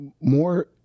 more